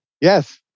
Yes